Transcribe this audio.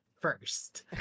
first